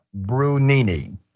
Brunini